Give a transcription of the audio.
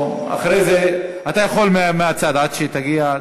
אתה יכול מהצד, עד שהיא תגיע.